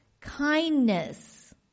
kindness